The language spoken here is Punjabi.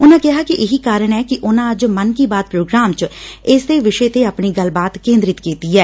ਉਨ੍ਹਂ ਕਿਹਾ ਕਿ ਇਹੀ ਕਾਰਨ ਏ ਕਿ ਉਨੂਾਂ ਅੱਜ ਮਨ ਕੀ ਬਾਤ ਪ੍ਰੋਗਰਾਮ 'ਚ ਇਸੇ ਵਿਸ਼ੇ ਤੇ ਆਪਣੀ ਗੱਲਬਾਤ ਕੇਂਦਰਿਤ ਕੀਤੀ ਐ